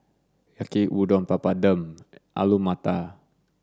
Yaki Udon Papadum Alu Matar